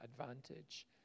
advantage